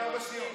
24 שניות.